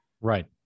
Right